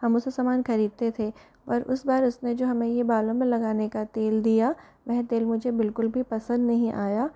हम उससे सामान खरीदते थे और इस बार उसने जो हमे ये बालों में लगाने का तेल दिया वह तेल मुझे बिलकुल भी पसंद नहीं आया